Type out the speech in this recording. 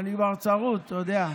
אני כבר צרוד, אתה יודע.